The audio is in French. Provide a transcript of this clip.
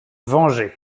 venger